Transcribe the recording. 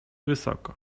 wysoko